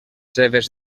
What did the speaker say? seves